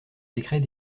décret